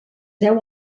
deu